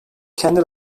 kendi